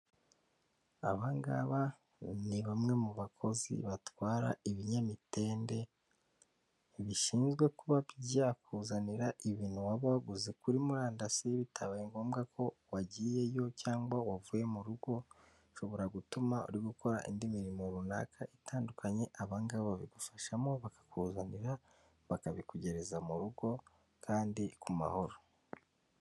Abangaba ni bamwe mu bakozi batwara ibinyamitende bishinzwe kuba byakuzanira ibintu waba waguze kuri murandasi, bitabaye ngombwa ko wagiyeyo cyangwa wavuye mu rugo, bishobora gutuma uri gukora indi mirimo runaka itandukanye abangaba babigufashamo bakakuzanira bakabikugereza mu rugo kandi ku mahoro.